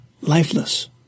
lifeless